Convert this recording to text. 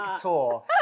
tour